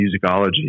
musicology